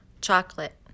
Chocolate